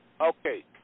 Okay